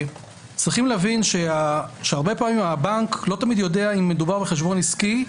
צריכים להבין שהרבה פעמים הבנק לא תמיד יודע אם מדובר בחשבון עסקי,